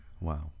Wow